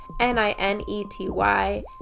n-i-n-e-t-y